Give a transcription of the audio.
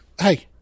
Hey